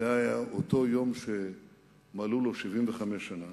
זה היה אותו יום שמלאו לו 75 שנה,